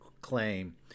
claim